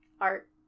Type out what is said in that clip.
art